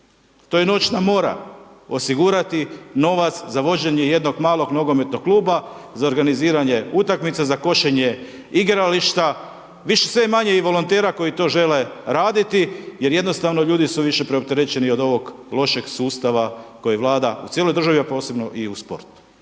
To je noćna mora, osigurati novac za vođenje jednog malog nogometnog kluba, za organiziranje utakmica, za košenje igrališta, bit će i sve manje volontera koji to žele raditi jer jednostavno ljudi su više preopterećeni od ovog lošeg sustava koji vlada u cijeloj državi, a posebno i u sportu.